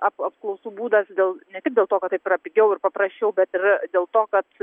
ap apklausų būdas dėl ne tik dėl to kad taip yra pigiau ir paprasčiau bet ir dėl to kad